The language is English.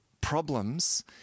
problems